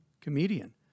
comedian